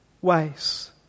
ways